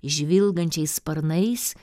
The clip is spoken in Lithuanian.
žvilgančiais sparnais